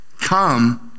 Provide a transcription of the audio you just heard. come